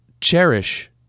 cherish